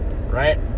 right